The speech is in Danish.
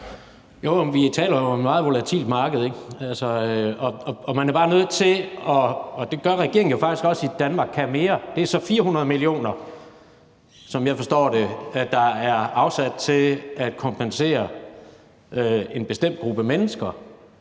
til at gøre noget – og det gør regeringen faktisk også i »Danmark kan mere I«. Det er altså 400 mio. kr., som jeg forstår det, der er afsat til at kompensere en bestemt gruppe mennesker